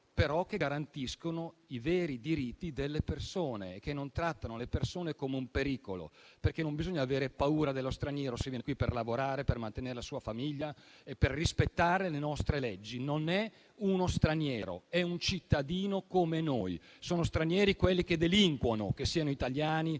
ma garantiscono i veri diritti delle persone, senza trattarle come un pericolo. Non bisogna avere paura dello straniero se viene qui per lavorare, per mantenere la sua famiglia e per rispettare le nostre leggi. Non è uno straniero, è un cittadino come noi. Sono stranieri quelli che delinquono, che siano italiani